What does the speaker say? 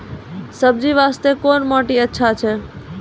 सब्जी बास्ते कोन माटी अचछा छै?